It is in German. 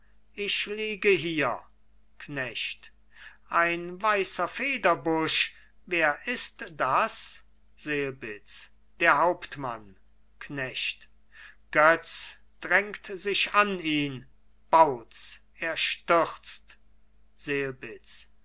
ich liege hier knecht ein weißer federbusch wer ist das selbitz der hauptmann knecht götz drängt sich an ihn bauz er stürzt selbitz